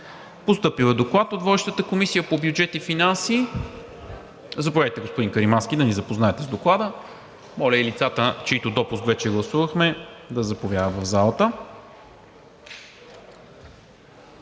от водещата Комисия по бюджет и финанси. Заповядайте, господин Каримански, да ни запознаете с Доклада. Моля и лицата, чийто допуск вече гласувахме, да заповядат в залата.